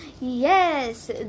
Yes